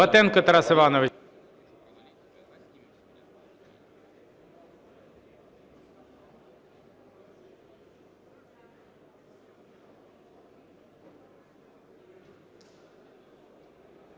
Батенко Тарас Іванович.